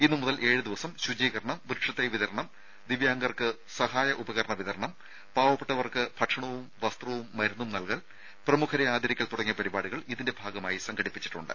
ഇന്ന് മുതൽ ഏഴ് ദിവസം ശുചീകരണം വൃക്ഷതൈ വിതരണം ദിവ്യാങ്കർക്ക് സഹായ ഉപകരണ വിതരണം പാവപ്പെട്ടവർക്ക് ഭക്ഷണവും വസ്ത്രവും മരുന്നും നൽകൽ പ്രമുഖരെ ആദരിക്കൽ തുടങ്ങിയ പരിപാടികൾ ഇതിന്റെ ഭാഗമായി സംഘടിപ്പിച്ചിട്ടുണ്ട്